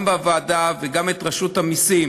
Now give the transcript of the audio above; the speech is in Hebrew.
גם בוועדה, וגם את רשות המסים